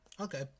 Okay